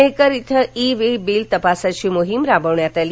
मेहकर इथे e way bill तपासाची मोहीम राबवण्यात आली